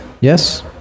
yes